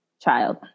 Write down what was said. child